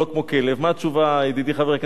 מה התשובה, ידידי חבר הכנסת וקנין?